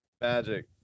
Magic